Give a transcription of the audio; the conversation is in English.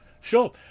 sure